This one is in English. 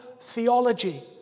theology